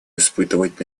испытывать